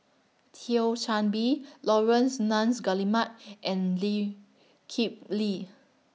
Thio Chan Bee Laurence Nunns Guillemard and Lee Kip Lee